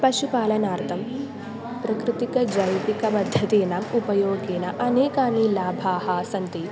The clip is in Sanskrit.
पशुपालनार्थं प्राकृतिक जैविक पद्धतीनाम् उपयोगेन अनेकानि लाभाः सन्ति